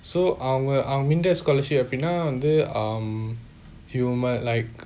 so அவங்க அவங்க:avanga avanga MINDEF scholarship um எப்டின வந்து:epdina vanthu um like